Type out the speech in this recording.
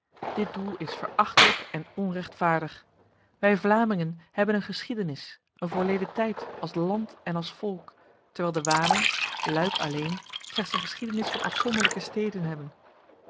dit doel is verachtelijk en onrechtvaardig wij vlamingen hebben een geschiedenis een voorleden tijd als land en als volk terwijl de walen luik alleen slechts een geschiedenis van afzonderlijke steden hebben